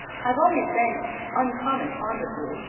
i've always been uncommon fond of you,